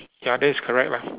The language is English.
ya then it's correct lah